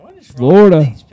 Florida